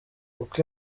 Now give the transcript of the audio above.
uko